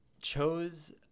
chose